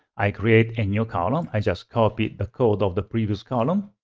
i create a new column. i just copy the code of the previous column.